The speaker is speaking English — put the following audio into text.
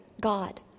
God